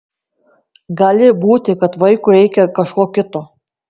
gali būti kad vaikui reikia kažko kito